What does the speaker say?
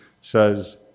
says